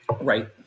right